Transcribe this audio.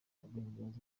guhimbaza